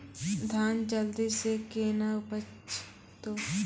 धान जल्दी से के ना उपज तो?